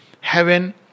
heaven